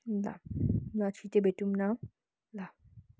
ल ल छिट्टै भेटौँ न ल